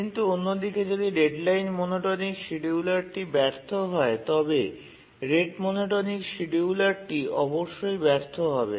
কিন্তু অন্যদিকে যদি ডেডলাইন মনোটোনিক শিডিউলারটি ব্যর্থ হয় তবে রেট মনোটোনিক শিডিয়ুলারটি অবশ্যই ব্যর্থ হবে